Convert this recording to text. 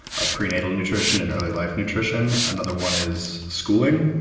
ah prenatal nutrition and early life nutrition. another one is schooling,